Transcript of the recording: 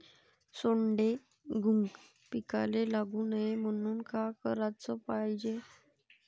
सोंडे, घुंग पिकाले लागू नये म्हनून का कराच पायजे?